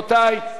מי נגד?